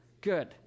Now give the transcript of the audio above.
good